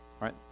Right